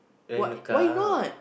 rent a car